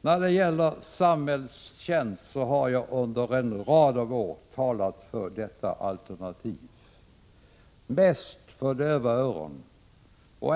När det gäller samhällstjänst har jag under en rad av år talat för detta alternativ, mest för döva öron.